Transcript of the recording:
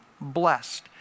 blessed